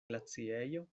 glaciejo